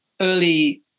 early